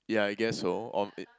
yeah I guess so on it